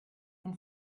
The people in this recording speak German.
und